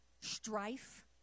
strife